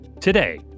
Today